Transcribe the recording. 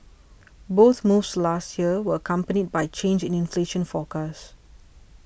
both moves last year were accompanied by changes in inflation forecast